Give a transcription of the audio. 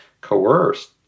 coerced